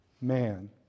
man